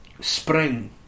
Spring